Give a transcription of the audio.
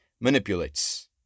manipulates